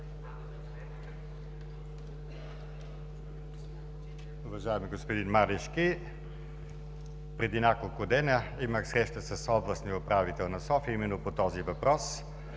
Уважаеми господин Марешки, преди няколко дена имах среща с областния управител на София именно по този въпрос.